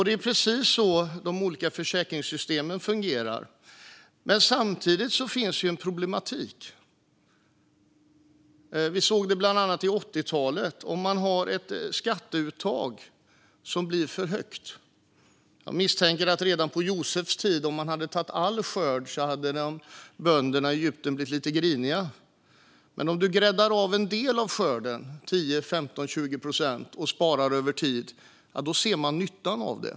Det är precis på detta sätt de olika försäkringssystemen fungerar. Men samtidigt finns det en problematik - vi såg det bland annat på 1980-talet - om man har ett skatteuttag som blir för högt. Redan på Josefs tid, misstänker jag, skulle bönderna i Egypten ha blivit lite griniga om man hade tagit all deras skörd. Men om man gräddar av en del av skörden, 10, 15 eller 20 procent, och sparar över tid ser man nyttan av det.